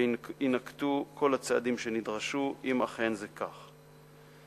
ויינקטו כל הצעדים שנדרשים, אם אכן זה כך.